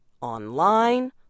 online